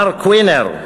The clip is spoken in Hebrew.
מר קוינר,